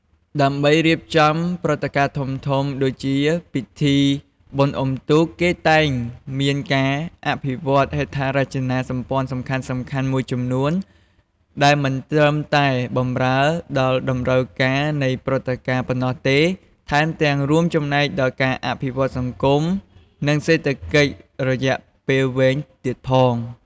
ដើម្បីរៀបចំព្រឹត្តិការណ៍ធំៗដូចជាពិធីបុណ្យអុំទូក គេតែងមានការអភិវឌ្ឍហេដ្ឋារចនាសម្ព័ន្ធសំខាន់ៗមួយចំនួន ដែលមិនត្រឹមតែបម្រើដល់តម្រូវការនៃព្រឹត្តិការណ៍ប៉ុណ្ណោះទេ ថែមទាំងរួមចំណែកដល់ការអភិវឌ្ឍសង្គមនិងសេដ្ឋកិច្ចរយៈពេលវែងទៀតផង។